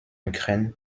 ukraine